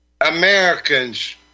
Americans